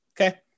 Okay